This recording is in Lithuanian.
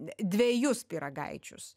dvejus pyragaičius